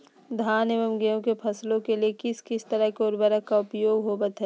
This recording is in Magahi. धान एवं गेहूं के फसलों के लिए किस किस तरह के उर्वरक का उपयोग होवत है?